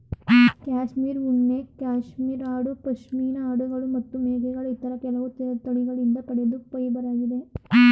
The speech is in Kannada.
ಕ್ಯಾಶ್ಮೀರ್ ಉಣ್ಣೆ ಕ್ಯಾಶ್ಮೀರ್ ಆಡು ಪಶ್ಮಿನಾ ಆಡುಗಳು ಮತ್ತು ಮೇಕೆಗಳ ಇತರ ಕೆಲವು ತಳಿಗಳಿಂದ ಪಡೆದ ಫೈಬರಾಗಿದೆ